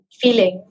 feelings